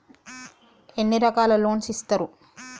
ఎన్ని రకాల లోన్స్ ఇస్తరు?